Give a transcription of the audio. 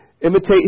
imitate